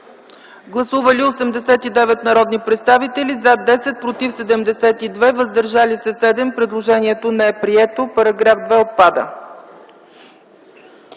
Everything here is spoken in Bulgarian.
Гласували 96 народни представители: за 10, против 79, въздържали се 7. Предложението не е прието. Благодаря